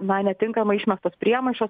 na netinkamai išmestos priemaišos